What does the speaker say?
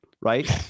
right